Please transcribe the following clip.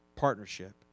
partnership